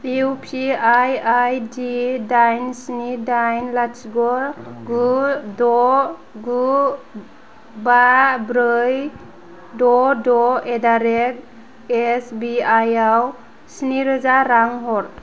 U पि आइ आइ डि दाइन स्नि दाइन लाथिख' गु द' गु बा ब्रै द' द' एटडारेट एस बि आइ आव स्निरोजा हर